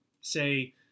say